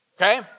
okay